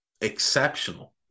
exceptional